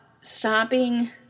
stopping